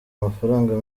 amafaranga